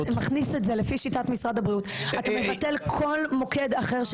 אם אתה מכניס את זה לפי שיטת משרד הבריאות אתה מבטל כל מוקד אחר.